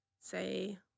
say